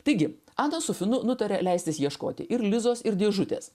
taigi ana su finu nutaria leistis ieškoti ir lizos ir dėžutės